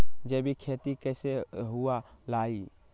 जैविक खेती कैसे हुआ लाई?